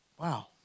Wow